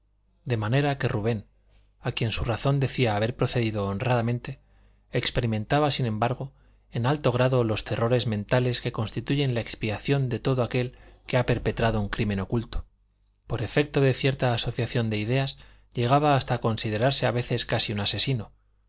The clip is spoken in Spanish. de manera que rubén a quien su razón decía haber procedido honradamente experimentaba sin embargo en alto grado los terrores mentales que constituyen la expiación de todo aquel que ha perpetrado un crimen oculto por efecto de cierta asociación de ideas llegaba hasta considerarse a veces casi un asesino